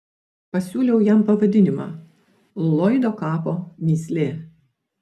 pasiūliau jam pavadinimą lloydo kapo mįslė